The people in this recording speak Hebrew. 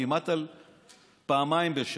כמעט פעמיים בשבוע,